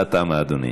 ההצבעה תמה, אדוני.